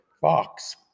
FOX